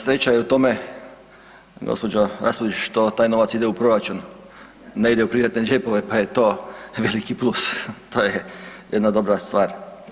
Sreća je u tome gospođo Raspudić što taj novac ide u proračun ne ide u privatne džepove pa je to veliki plus, to je jedna dobra stvar.